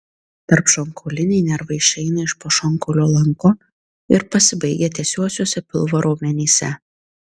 tarpšonkauliniai nervai išeina iš po šonkaulio lanko ir pasibaigia tiesiuosiuose pilvo raumenyse